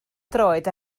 droed